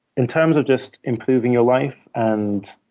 in terms of just improving your life and